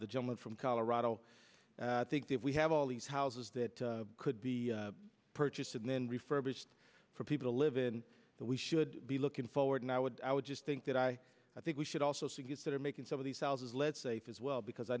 the gentleman from colorado i think the if we have all these houses that could be purchased and then refurbished for people to live in that we should be looking forward and i would i would just think that i i think we should also suggest that are making some of these houses let's safe as well because i